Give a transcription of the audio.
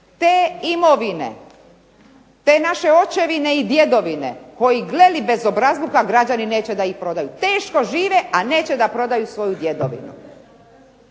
te imovine, te naše očevine i djedovine koji gle li bezobrazluka građani neće da ih prodaju. Teško žive, a neće da prodaju svoju djedovinu.